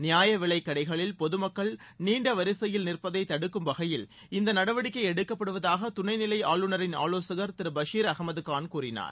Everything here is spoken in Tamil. நியாயவிலை கடைகளில் பொதுமக்கள் நீண்ட வரிசையில் நிற்பதை தடுக்கும் வகையில் இந்த நடவடிக்கை எடுக்கப்படுவதாக துணை நிலை ஆளுநரின் ஆலோசகர் திரு பஷிர் அகமது காள் கூறினார்